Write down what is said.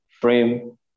frame